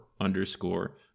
underscore